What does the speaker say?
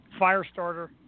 Firestarter